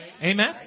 Amen